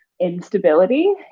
instability